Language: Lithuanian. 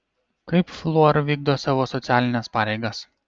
kaip fluor vykdo savo socialines pareigas